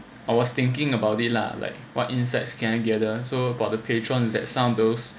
I was thinking about it lah like what insights can I gather so about the patrons is that some of those